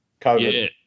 COVID